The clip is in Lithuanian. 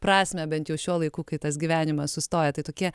prasmę bent jau šiuo laiku kai tas gyvenimas sustoja tai tokie